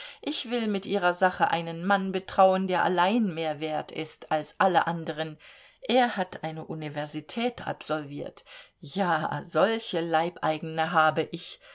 ich will mit ihrer sache einen mann betrauen der allein mehr wert ist als alle anderen er hat eine universität absolviert ja solche leibeigene habe ich